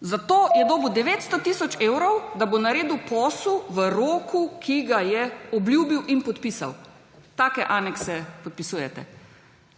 Zato je dobil 900 tisoč evrov, da bo naredil posel v roku, ki ga je obljubil in podpisal. Take anekse podpisujete.